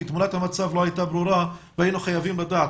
כי תמונת המצב לא הייתה ברורה והיינו חייבים לדעת.